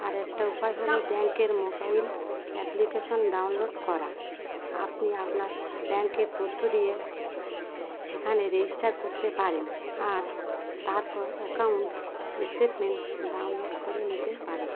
আরেকটা উপায় হলো ব্যাংকের মোবাইল অ্যাপ্লিকেশান ডাউনলোড করা আপনি আপনার ব্যাংকের তথ্য দিয়ে সেখানে রেজিস্ট্রার করতে পারেন আর তারপর অ্যাকাউন্ট স্টেটমেন্ট ডাউনলোড করে নিতে পারেন